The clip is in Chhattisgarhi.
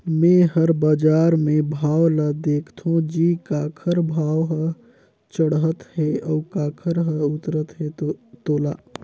मे हर बाजार मे भाव ल देखथों जी काखर भाव हर चड़हत हे अउ काखर हर उतरत हे तोला